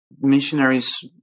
missionaries